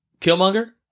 Killmonger